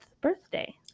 birthday